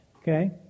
okay